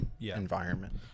environment